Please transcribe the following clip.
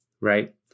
right